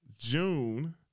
June